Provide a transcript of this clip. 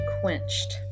Quenched